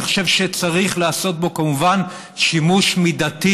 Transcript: אני חושב שצריך לעשות בו, כמובן, שימוש מידתי